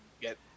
get